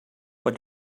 but